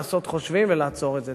לעשות חושבים ולעצור את זה.